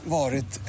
varit